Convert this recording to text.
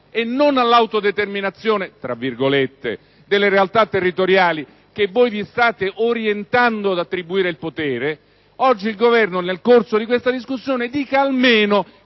e non all'"autodeterminazione" delle realtà territoriali alle quali voi vi state orientando ad attribuire il potere. Oggi il Governo, nel corso di questa discussione, dica almeno